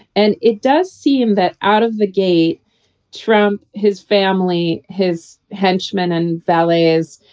and it does seem that out of the gate trump his family, his henchmen and valets,